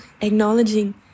acknowledging